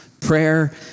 prayer